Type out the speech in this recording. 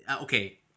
okay